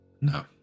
No